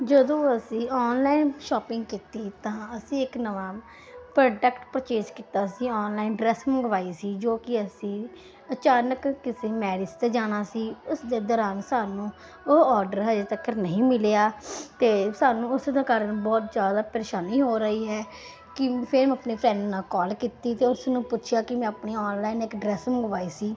ਜਦੋਂ ਅਸੀਂ online shopping ਕੀਤੀ ਤਾਂ ਅਸੀਂ ਇੱਕ ਨਵਾਂ ਪ੍ਰੋਡਕਟ ਪਰਚੇਸ ਕੀਤਾ ਸੀ ਆਨਲਾਈਨ ਡਰੈਸ ਮੰਗਵਾਈ ਸੀ ਜੋ ਕਿ ਅਸੀਂ ਅਚਾਨਕ ਕਿਸੇ ਮੈਰਿਜ ਤੇ ਜਾਣਾ ਸੀ ਉਸਦੇ ਦੌਰਾਨ ਸਾਨੂੰ ਉਹ ਆਰਡਰ ਹਜੇ ਤੱਕਰ ਨਹੀਂ ਮਿਲਿਆ ਤੇ ਸਾਨੂੰ ਉਸੇ ਦਾ ਕਾਰਨ ਬਹੁਤ ਜਿਆਦਾ ਪਰੇਸ਼ਾਨੀ ਹੋ ਰਹੀ ਹੈ ਕਿ ਫਿਰ ਆਪਣੇ ਫਰੈਂਡ ਨਾਲ ਕਾਲ ਕੀਤੀ ਤੇ ਉਸ ਨੂੰ ਪੁੱਛਿਆ ਕਿ ਮੈਂ ਆਪਣੀ ਆਨਲਾਈਨ ਇੱਕ ਡਰੈੱਸ ਮੰਗਵਾਈ ਸੀ